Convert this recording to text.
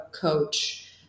coach